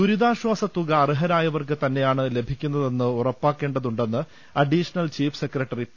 ദുരിതാശ്വാസ തുക അർഹരായവർക്ക് തന്നെയാണ് ലഭിക്കു ന്നതെന്ന് ഉറപ്പാക്കേണ്ടതുണ്ടെന്ന് അഡീഷണൽ ചീഫ് സെക്രട്ടറി പി